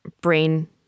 brain